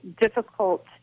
difficult